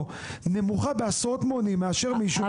היא נמוכה בעשרות מונים מאשר מישהו שהוא במקרה פחות מורכב.